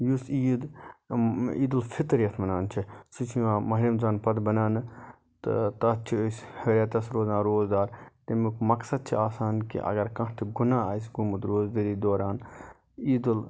یُس عیٖد عیٖدُفطر یتھ وَنان چھِ سُہ چھِ یِوان ماہِ رمضان پَتہٕ بَناونہٕ تہٕ تتھ چھِ أسۍ ریٚتَس روزان روزدار تمیُک مَقصد چھِ آسان کہِ اگر کانٛہہ تہِ گۅناہ آسہِ گوٚمُت روزدٔری دوران عیٖدُل